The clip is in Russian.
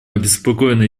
обеспокоены